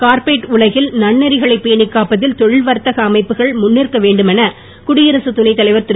corporate உலகில் நன்னெறிகளை பேணிக் காப்பதில் தொழில் வர்த்தக அமைப்புகள் முன்னிற்க வேண்டும் என குடியரசு துணை தலைவர் திரு